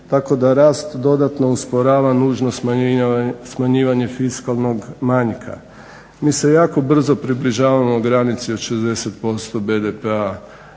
tako da rast dodatno usporava nužno smanjivanje fiskalnog manjka. Mi se jako brzo približavamo granici od 60% BDP-a